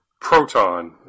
Proton